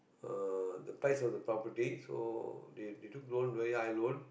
uh the price of the property so they they took loan very high loan